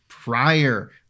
prior